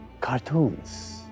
cartoons